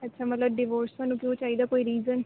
ਅੱਛਾ ਮਤਲਬ ਡੀਵੋਸ ਤੁਹਾਨੂੰ ਕਿਉਂ ਚਾਹੀਦਾ ਕੋਈ ਰੀਜਨ